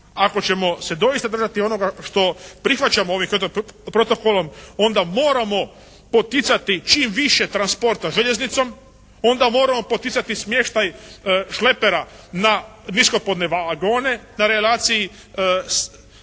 Ako ćemo se doista držati onoga što prihvaćamo ovim Kyoto protokolom onda moramo poticati čim više transport sa željeznicom, onda moramo poticati smještaj šlepera na niskopodne vagone na relaciji